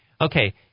Okay